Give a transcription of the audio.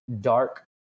dark